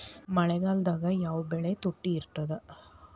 ಮಳೆಗಾಲದಾಗ ಯಾವ ಬೆಳಿ ತುಟ್ಟಿ ಇರ್ತದ?